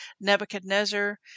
Nebuchadnezzar